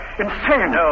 insane